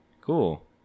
Cool